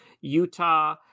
Utah